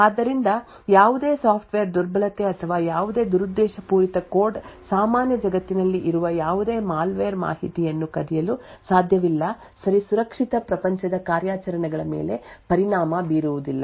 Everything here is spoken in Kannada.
ಆದ್ದರಿಂದ ಯಾವುದೇ ಸಾಫ್ಟ್ವೇರ್ ದುರ್ಬಲತೆ ಅಥವಾ ಯಾವುದೇ ದುರುದ್ದೇಶಪೂರಿತ ಕೋಡ್ ಸಾಮಾನ್ಯ ಜಗತ್ತಿನಲ್ಲಿ ಇರುವ ಯಾವುದೇ ಮಾಲ್ವೇರ್ ಮಾಹಿತಿಯನ್ನು ಕದಿಯಲು ಸಾಧ್ಯವಿಲ್ಲ ಸರಿ ಸುರಕ್ಷಿತ ಪ್ರಪಂಚದ ಕಾರ್ಯಾಚರಣೆಗಳ ಮೇಲೆ ಪರಿಣಾಮ ಬೀರುವುದಿಲ್ಲ